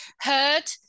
heard